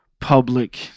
public